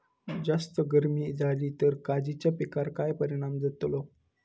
जास्त गर्मी जाली तर काजीच्या पीकार काय परिणाम जतालो?